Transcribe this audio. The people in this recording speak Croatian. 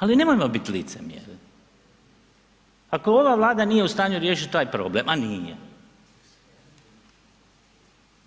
Ali nemojmo biti licemjerni, ako ova Vlada nije u stanju riješiti taj problem, a nije,